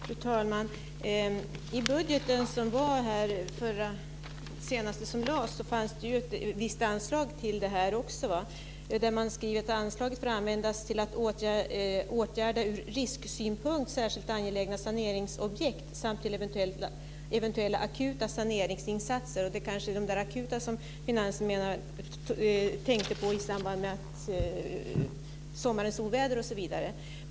Fru talman! I den senaste budget som lades fram fanns det också ett visst anslag till det här. Man skrev att anslaget får användas till att åtgärda ur risksynpunkt särskilt angelägna saneringsobjekt samt till eventuella akuta saneringsinsatser. Det är kanske de där akuta insatserna som finansministern tänker på i samband med sommarens oväder osv.